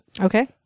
Okay